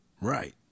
Right